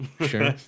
sure